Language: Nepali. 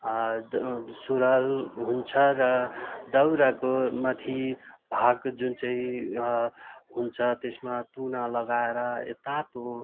सुरुवाल हुन्छ र दौराको माथि भाग जुन चाहिँ हुन्छ त्यसमा तुना लगाएर तातो